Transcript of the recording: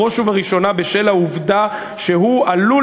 בראש ובראשונה בשל העובדה שהוא עלול